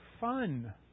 fun